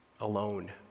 alone